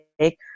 take